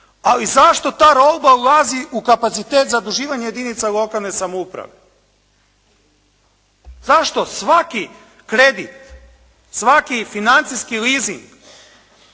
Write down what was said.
Ali zašto da Rolga ulazi u kapacitet zaduživanja jedinica lokalne samouprave? Zašto svaki kredit, svaki financijski leasing,